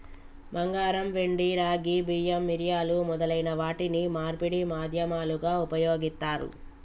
బంగారం, వెండి, రాగి, బియ్యం, మిరియాలు మొదలైన వాటిని మార్పిడి మాధ్యమాలుగా ఉపయోగిత్తారు